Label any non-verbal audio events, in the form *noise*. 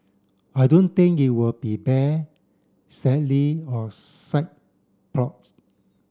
I don't think it would be bear *unintelligible* or side plots